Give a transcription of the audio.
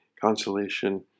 consolation